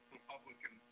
Republican